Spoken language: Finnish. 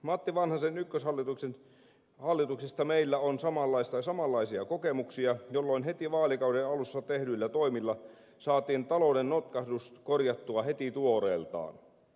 matti vanhasen ykköshallituksesta meillä on samanlaisia kokemuksia jolloin heti vaalikauden alussa tehdyillä toimilla saatiin talouden notkahdus korjattua heti tuoreeltaan